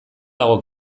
dago